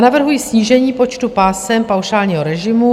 Navrhuji snížení počtu pásem paušálního režimu.